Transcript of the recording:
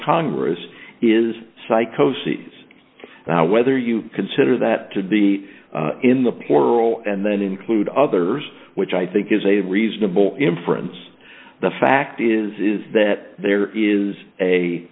congress is psychosis now whether you consider that to be in the poor girl and then include others which i think is a reasonable inference the fact is is that there is a